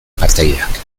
partaideak